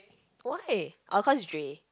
why oh cause it's Jay